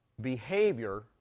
behavior